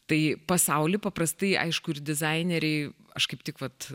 tai pasauly paprastai aišku ir dizaineriai aš kaip tik vat